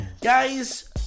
Guys